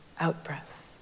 out-breath